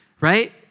right